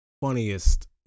funniest